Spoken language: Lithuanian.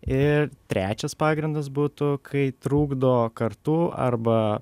ir trečias pagrindas būtų kai trukdo kartu arba